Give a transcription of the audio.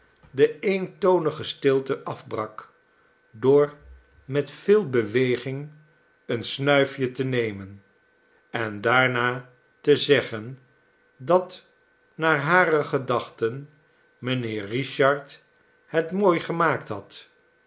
de eentonige stilte afbrak door met veel beweging een snuifje te nemen en daarna te zeggen dat naar hare gedachten mijnheer richard het mooi gemaakt had